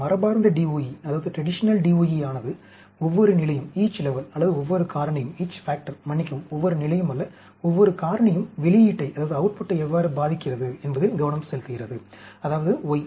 மரபார்ந்த DOE ஆனது ஒவ்வொரு நிலையும் அல்லது ஒவ்வொரு காரணியும் மன்னிக்கவும் ஒவ்வொரு நிலையும் அல்ல ஒவ்வொரு காரணியும் வெளியீட்டை எவ்வாறு பாதிக்கிறது என்பதில் கவனம் செலுத்துகிறது அதாவது Y